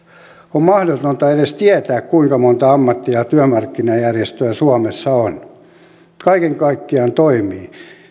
on mahdotonta edes tietää kuinka monta ammatti ja työmarkkinajärjestöä suomessa kaiken kaikkiaan toimii